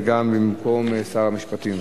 וגם במקום שר המשפטים.